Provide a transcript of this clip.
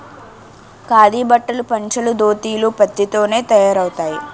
ఖాదీ బట్టలు పంచలు దోతీలు పత్తి తోనే తయారవుతాయి